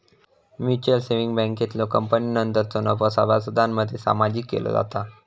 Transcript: mutual savings बँकेतलो कपातीनंतरचो नफो सभासदांमध्ये सामायिक केलो जाता